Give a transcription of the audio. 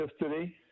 yesterday